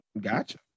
Gotcha